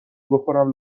بخورم